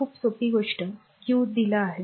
खूप सोपी गोष्ट q दिल आहे